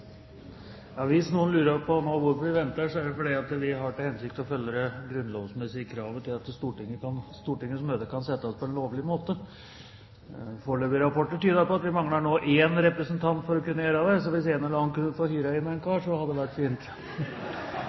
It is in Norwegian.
Hvis noen lurer på hvorfor vi venter med å sette møtet, er det fordi vi har til hensikt å følge det grunnlovsmessige kravet til at Stortingets møte kan settes på lovlig måte. Foreløpige rapporter tyder på at vi nå mangler én representant for å kunne gjøre det, så hvis en eller annen kunne fått hyret inn en kar, så hadde det vært fint!